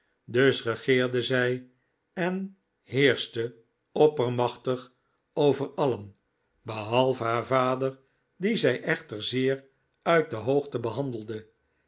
dus regeerde zij en heerschte oppermachtig over alien behalve haar vader dien zij echter zeer uit de hoogte behandelde